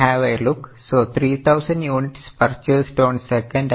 So now you can have a look